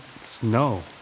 snow